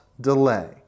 delay